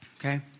okay